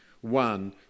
One